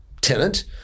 tenant